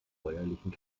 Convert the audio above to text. bäuerlichen